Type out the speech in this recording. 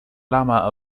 lama